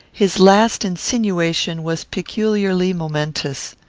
his last insinuation was peculiarly momentous.